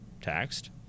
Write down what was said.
taxed